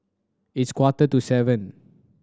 its quarter to seven